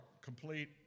complete